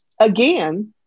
again